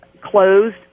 closed